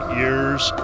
years